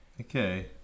Okay